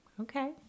okay